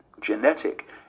genetic